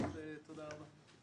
אז תודה רבה.